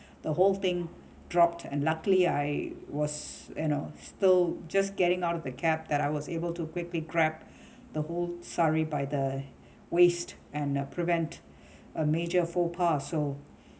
the whole thing dropped and luckily I was you know still just getting out of the cab that I was able to quickly grab the whole sari by the waist and uh prevent a major full